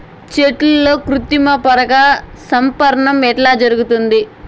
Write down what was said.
చెట్లల్లో కృత్రిమ పరాగ సంపర్కం ఎట్లా జరుగుతుంది?